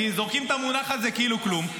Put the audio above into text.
כי זורקים את המונח הזה כאילו כלום.